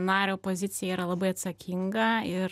nario pozicija yra labai atsakinga ir